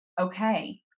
okay